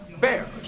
bears